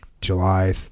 July